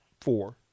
four